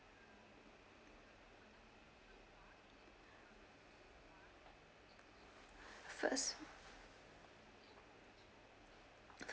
first